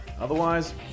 Otherwise